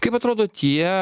kaip atrodo tie